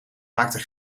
maakte